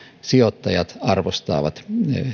sijoittajat arvostavat